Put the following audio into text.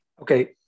Okay